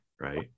right